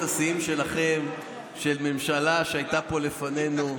השיאים שלכם של הממשלה שהייתה פה לפנינו,